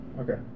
Okay